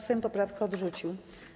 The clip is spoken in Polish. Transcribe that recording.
Sejm poprawki odrzucił.